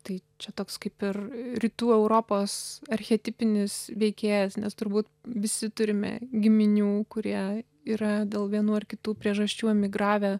tai čia toks kaip ir rytų europos archetipinis veikėjas nes turbūt visi turime giminių kurie yra dėl vienų ar kitų priežasčių emigravę